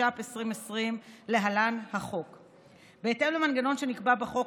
התש"ף 2020. בהתאם למנגנון שנקבע בחוק,